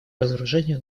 разоружению